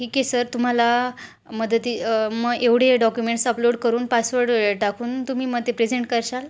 ठीक आहे सर तुम्हाला मदती मग एवढे डॉक्युमेंट्स अपलोड करून पासवर्ड टाकून तुम्ही मग ते प्रेझेंट करशाल